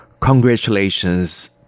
Congratulations